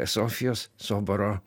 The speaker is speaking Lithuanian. sofijos soboro